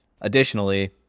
Additionally